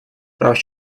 прав